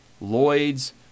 Lloyd's